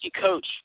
coach